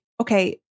Okay